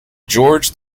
george